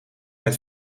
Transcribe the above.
met